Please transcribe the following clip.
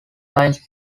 lines